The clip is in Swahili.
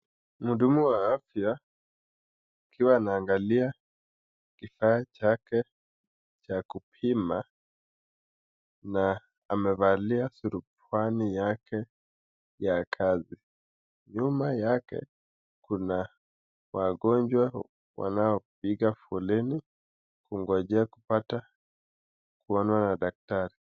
Muhudumu wa afya akiwa anaangalia kifaa chake cha kupima na amevalia suruali yake ya kazi. Nyuma yake kuna wagonjwa wanaopiga foleni kungoja kupata kuonwa na daktari.